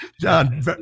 John